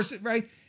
right